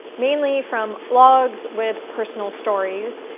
mainly from blogs with personal stories.